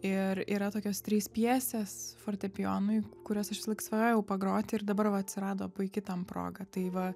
ir yra tokios trys pjesės fortepijonui kurias aš visąlaik svajojau pagroti ir dabar atsirado puiki tam proga tai va